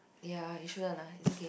yea it shouldn't lah it's okay